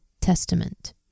Testament